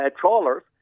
trawlers